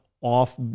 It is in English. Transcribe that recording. off